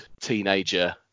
teenager